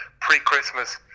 pre-Christmas